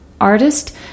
artist